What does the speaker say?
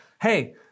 Hey